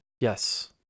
Yes